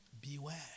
Beware